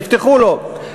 יפתחו לו.